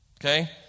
Okay